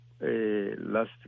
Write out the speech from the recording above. last